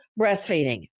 breastfeeding